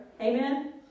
Amen